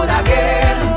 again